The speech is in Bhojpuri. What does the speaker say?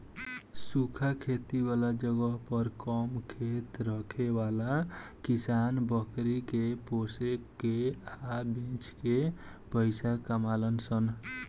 सूखा खेती वाला जगह पर कम खेत रखे वाला किसान बकरी के पोसे के आ बेच के पइसा कमालन सन